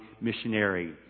missionary